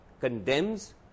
condemns